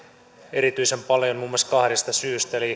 erityisen paljon muun muassa kahdesta syystä